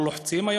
או לוחצים,